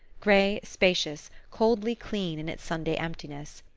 grey, spacious, coldly clean in its sunday emptiness.